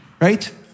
right